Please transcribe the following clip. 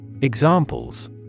Examples